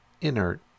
inert